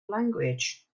language